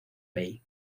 bey